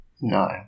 No